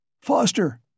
Foster